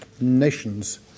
nations